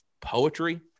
poetry